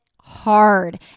hard